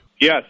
Yes